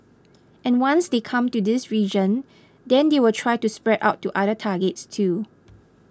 and once they come to this region then they will try to spread out to other targets too